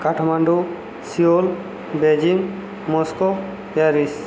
Kathmandu Seoul Beijing Moscow Paris